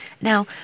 Now